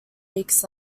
weeks